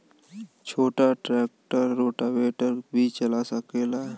छोटा tractor rotavator भी चला सकेला?